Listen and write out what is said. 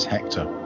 Hector